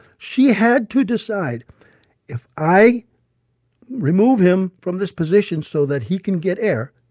she had to decide if i remove him from this position so that he can get air,